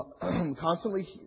constantly